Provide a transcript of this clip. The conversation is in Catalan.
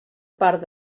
part